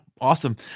awesome